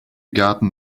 garden